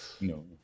no